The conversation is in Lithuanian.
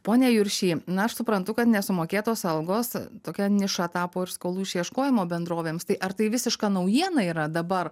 pone juršy na aš suprantu kad nesumokėtos algos tokia niša tapo ir skolų išieškojimo bendrovėms tai ar tai visiška naujiena yra dabar